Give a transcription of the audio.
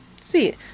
See